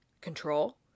Control